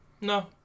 No